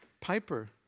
Piper